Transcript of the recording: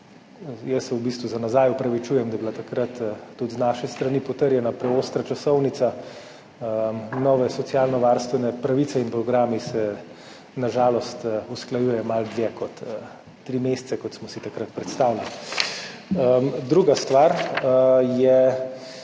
Jaz se v bistvu za nazaj opravičujem, da je bila takrat tudi z naše strani potrjena preostra časovnica. Nove socialnovarstvene pravice in programi se na žalost usklajujejo malo dlje kot tri mesece, kot smo si takrat predstavljali. Druga stvar je